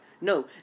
no